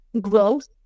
growth